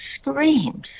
screams